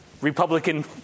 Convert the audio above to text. Republican